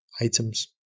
items